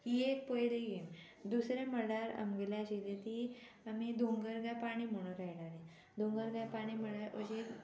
ही एक पयली गेम दुसरे म्हणल्यार आमगेलें आशिल्ली ती आमी दोंगर काय पाणी म्हणून खेळटालीं दोंगर काय पाणी म्हणल्यार अशी